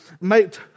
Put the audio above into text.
make